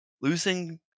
losing